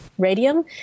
radium